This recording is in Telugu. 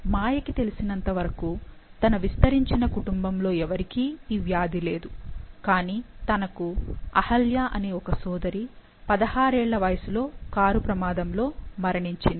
మాయకి తెలిసినంత వరకు తన విస్తరించిన కుటుంబంలో ఎవరికీ ఈవ్యాధి లేదు కానీ తనకు అహల్య అనే ఒక సోదరి 16 ఏళ్ళ వయసులో కారు ప్రమాదంలో మరణించింది